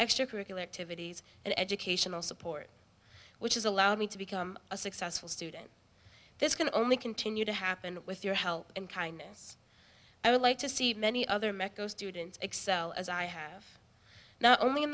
extracurricular activities and educational support which is allowed me to become a successful student this can only continue to happen with your help and kindness i would like to see many other meco students excel as i have not only in